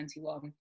2021